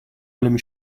allem